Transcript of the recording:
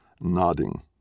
nodding